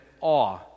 awe